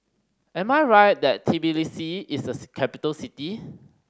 am I right that Tbilisi is a capital city